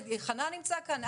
חנן נמצא כאן,